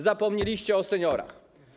Zapomnieliście o seniorach.